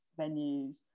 venues